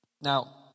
Now